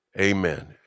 amen